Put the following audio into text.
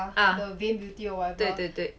ah 对对对